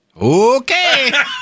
Okay